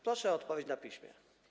Proszę o odpowiedź na piśmie.